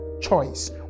choice